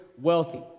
wealthy